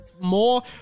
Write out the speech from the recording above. More